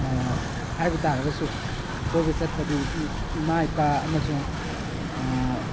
ꯍꯥꯏꯕ ꯇꯥꯔꯒꯁꯨ ꯀꯣꯏꯕ ꯆꯠꯄꯗꯤ ꯏꯃꯥ ꯏꯄꯥ ꯑꯃꯁꯨꯡ